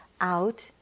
out